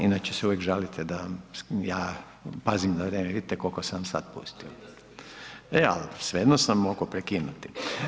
Inače se uvijek žalite da ja pazim na vrijeme, vidite koliko sam vam sad pustio. … [[Upadica Maras, ne razumije se.]] E, ali svejedno sam mogao prekinuti.